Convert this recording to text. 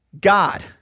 God